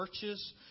churches